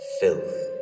filth